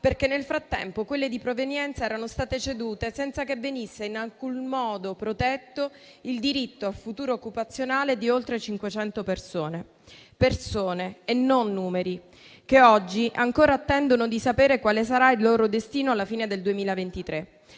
perché nel frattempo quelle di provenienza erano state cedute, senza che venisse in alcun modo protetto il diritto al futuro occupazionale di oltre 500 persone. Persone e non numeri, che oggi ancora attendono di sapere quale sarà il loro destino, alla fine del 2023.